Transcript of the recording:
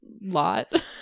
Lot